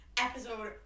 episode